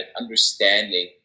Understanding